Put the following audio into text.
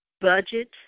budget